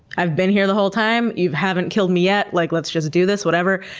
i've been here the whole time. you haven't killed me yet. like let's just do this, whatever.